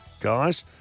guys